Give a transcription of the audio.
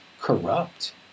corrupt